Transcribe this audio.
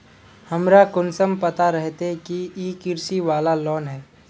हमरा कुंसम पता रहते की इ कृषि वाला लोन है?